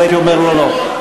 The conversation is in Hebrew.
אז הייתי אומר לו לא.